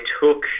took